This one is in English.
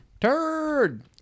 turd